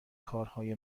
کارهای